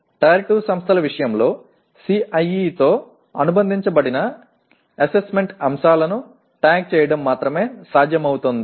tyre 2 సంస్థల విషయంలో CIE తో అనుబంధించబడిన అసెస్మెంట్ అంశాలను ట్యాగ్ చేయడం మాత్రమే సాధ్యమవుతుంది